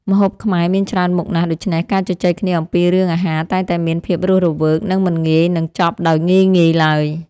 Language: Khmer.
ម្ហូបខ្មែរមានច្រើនមុខណាស់ដូច្នេះការជជែកគ្នាអំពីរឿងអាហារតែងតែមានភាពរស់រវើកនិងមិនងាយនឹងចប់ដោយងាយៗឡើយ។